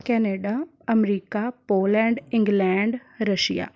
Canada America Poland England Russia